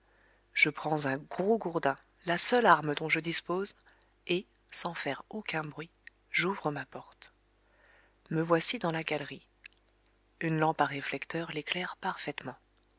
je prends un gros gourdin la seule arme dont je dispose et sans faire aucun bruit j'ouvre ma porte me voici dans la galerie une lampe à réflecteur l'éclaire parfaitement